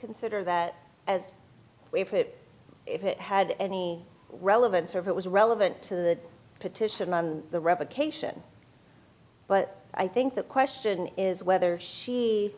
consider that as we've heard it if it had any relevance or if it was relevant to the petition on the revocation but i think the question is whether she